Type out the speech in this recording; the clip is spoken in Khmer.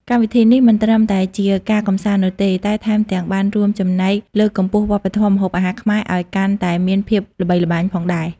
កម្មវិធីនេះមិនត្រឹមតែជាការកម្សាន្តនោះទេ តែថែមទាំងបានរួមចំណែកលើកកម្ពស់វប្បធម៌ម្ហូបអាហារខ្មែរឲ្យកាន់តែមានភាពល្បីល្បាញផងដែរ។